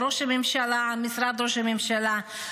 במשרד ראש הממשלה?